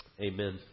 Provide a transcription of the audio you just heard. amen